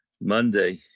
Monday